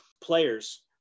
players